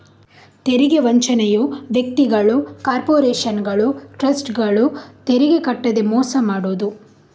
ತೆರಿಗೆ ವಂಚನೆಯು ವ್ಯಕ್ತಿಗಳು, ಕಾರ್ಪೊರೇಷನುಗಳು, ಟ್ರಸ್ಟ್ಗಳು ತೆರಿಗೆ ಕಟ್ಟದೇ ಮೋಸ ಮಾಡುದು